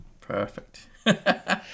Perfect